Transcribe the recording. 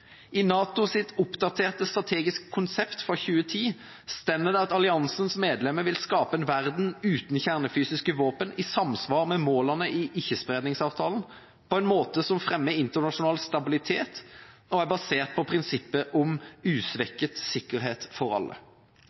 I NATOs oppdaterte strategiske konsept fra 2010 står det at alliansens medlemmer vil skape en verden uten kjernefysiske våpen i samsvar med målene i ikkespredningsavtalen, på en måte som fremmer internasjonal stabilitet og er basert på prinsippet om usvekket sikkerhet for alle.